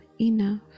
enough